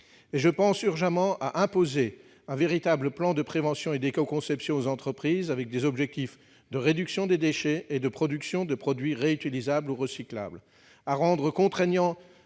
je pense urgemment à imposer un véritable plan de prévention et d'éco-conception aux entreprises avec des objectifs de réduction des déchets et de production de produits réutilisables ou recyclables